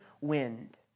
wind